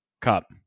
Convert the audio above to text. cup